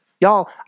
Y'all